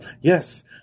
yes